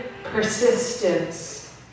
persistence